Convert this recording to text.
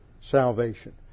salvation